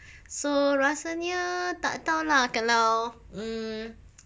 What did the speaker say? so rasanya tak tahu lah kalau mm